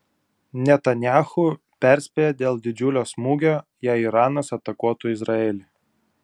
netanyahu perspėja dėl didžiulio smūgio jei iranas atakuotų izraelį